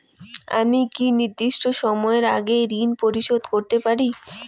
আমি কি নির্দিষ্ট সময়ের আগেই ঋন পরিশোধ করতে পারি?